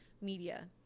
media